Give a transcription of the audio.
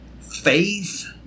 faith